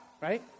Right